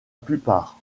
plupart